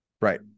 Right